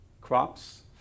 Crops